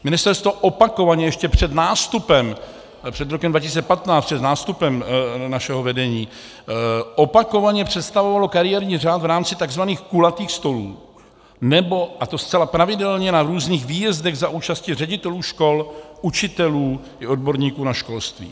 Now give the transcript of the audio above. Ministerstvo opakovaně ještě před nástupem před rokem 2015, před nástupem našeho vedení opakovaně představovalo kariérní řád v rámci tzv. kulatých stolů nebo, a to zcela pravidelně, na různých výjezdech za účasti ředitelů škol, učitelů i odborníků na školství.